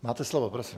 Máte slovo, prosím.